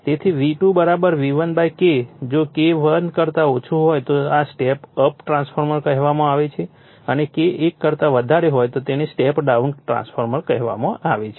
તેથી V2 V1 K જો K 1 કરતા ઓછું હોય તો આ સ્ટેપ અપ ટ્રાન્સફોર્મર કહેવામાં આવે છે અને જો K એક કરતા વધારે હોય તો તેને સ્ટેપ ડાઉન ટ્રાન્સફોર્મર કહેવામાં આવે છે